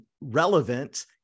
relevant